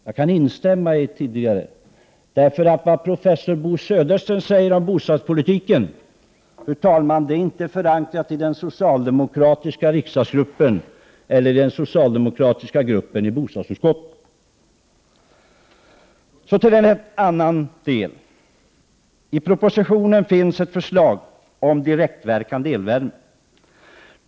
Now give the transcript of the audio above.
Jag kan instämma i det tidigare sagda. Vad professor Bo Södersten säger om bostadspolitiken, fru talman, är inte förankrat i den socialdemokratiska riksdagsgruppen eller i den socialdemokratiska gruppen i bostadsutskottet. I propositionen finns ett förslag om direktverkande elvärme.